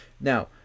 now